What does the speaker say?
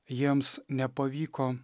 jiems nepavyko